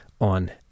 on